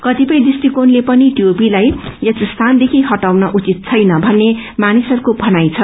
कतिपय दृष्ट्रिकोणले पनि टिओपी लाई यस स्यानदेखि हटाउन उचित छैन भन्ने मानिसहरूको मनाई छ